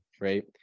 right